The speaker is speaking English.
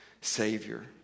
Savior